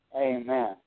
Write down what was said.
Amen